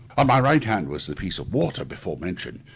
on my right hand was the piece of water before mentioned,